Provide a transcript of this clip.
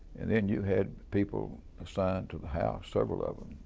and then you had people assigned to the house, several of them,